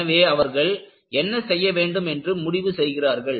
எனவே அவர்கள் என்ன செய்ய வேண்டும் என்று முடிவு செய்கிறார்கள்